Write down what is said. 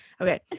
okay